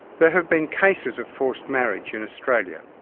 there have been cases of forced marriage in australia.